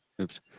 Oops